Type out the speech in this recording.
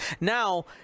now